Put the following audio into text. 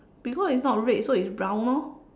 because it's not red so it's brown lor